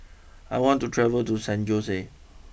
I want to travel to San Jose